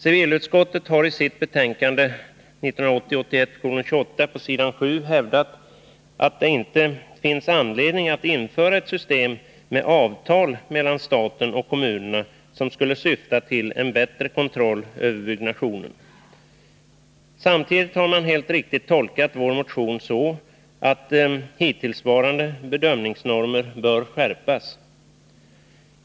Civilutskottet har i sitt betänkande 1980/81:28 på s. 7 hävdat att det inte finns anledning att införa ett system med avtal mellan staten och kommu nerna, som skulle syfta till en bättre kontroll över byggnationen. Samtidigt har man helt riktigt tolkat vår motion så, att hittillsvarande bedömningsnormer bör skärpas.